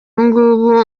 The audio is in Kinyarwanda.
ubungubu